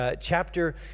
Chapter